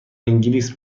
انگلیس